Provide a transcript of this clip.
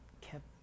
kept